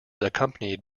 accompanied